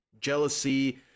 jealousy